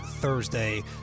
Thursday